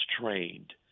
trained